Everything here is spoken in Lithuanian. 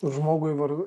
žmogui vargu